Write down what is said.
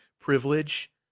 privilege